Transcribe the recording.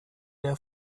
der